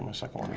and second